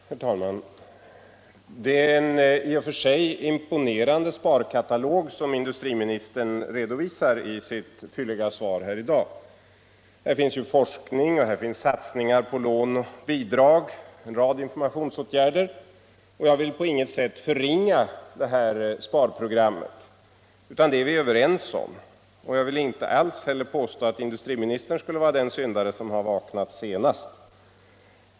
Herr talman! Det är en i och för sig imponerande sparkatalog som industriministern redovisar i sitt fylliga svar. Här finns forskning, här finns satsningar på lån och bidrag samt en rad informationsåtgärder. Jag vill på inget sätt förringa detta sparprogram, utan det är vi överens om. Jag vill inte alls heller påstå att industriministern skulle vara den syndare som har vaknat senast.